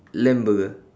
lamb burger